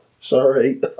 Sorry